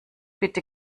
bitte